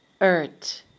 earth